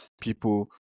people